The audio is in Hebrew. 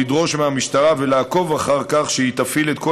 לדרוש מהמשטרה ולעקוב אחר כך שהיא תפעיל את כל